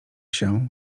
się